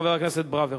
חבר הכנסת ברוורמן.